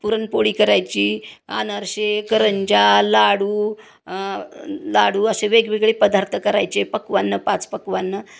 पुरणपोळी करायची अनारसे करंजा लाडू लाडू असे वेगवेगळे पदार्थ करायचे पकवान्न पाच पकवान्न